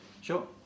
Sure